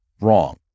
wrong